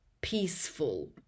peaceful